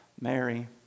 Mary